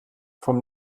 vom